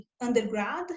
undergrad